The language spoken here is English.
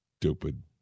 stupid